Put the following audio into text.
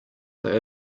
they